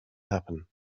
happen